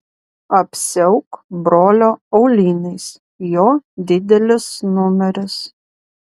apsiauk brolio auliniais jo didelis numeris